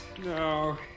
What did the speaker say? No